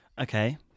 okay